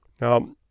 Now